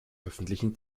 öffentlichen